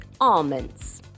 almonds